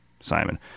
Simon